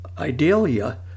Idalia